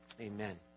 Amen